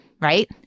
right